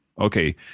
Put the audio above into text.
Okay